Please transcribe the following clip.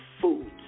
Foods